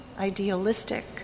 idealistic